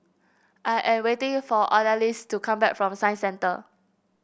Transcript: I am waiting for Odalys to come back from Science Centre